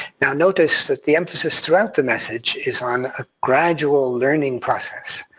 now notice that the emphasis throughout the message is on a gradual learning process.